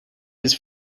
his